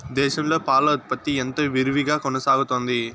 దేశంలో పాల ఉత్పత్తి ఎంతో విరివిగా కొనసాగుతోంది